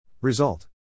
Result